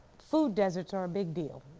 food deserts are a big deal,